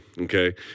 okay